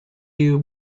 you